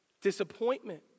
disappointment